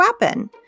weapon